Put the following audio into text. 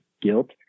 guilt